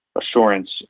assurance